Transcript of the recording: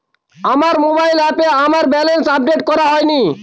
আমার মোবাইল অ্যাপে আমার ব্যালেন্স আপডেট করা হয়নি